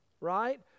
right